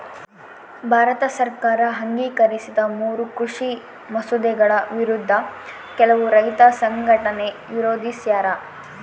ಭಾರತ ಸರ್ಕಾರ ಅಂಗೀಕರಿಸಿದ ಮೂರೂ ಕೃಷಿ ಮಸೂದೆಗಳ ವಿರುದ್ಧ ಕೆಲವು ರೈತ ಸಂಘಟನೆ ವಿರೋಧಿಸ್ಯಾರ